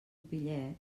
pillet